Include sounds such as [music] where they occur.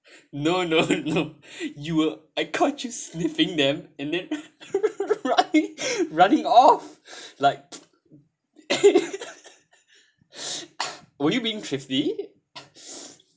no no no you will I caught you sniffing them and then [laughs] running running off like [laughs] were you being thrifty